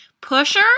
Pusher